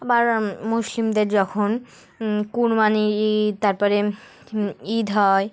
আবার মুসলিমদের যখন কুরবানি ঈদ তারপরে ঈদ হয়